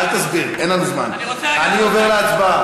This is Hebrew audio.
אני רוצה להסביר.